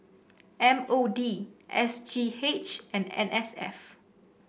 M O D S G H and N S F